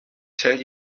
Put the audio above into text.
tell